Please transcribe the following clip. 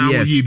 Yes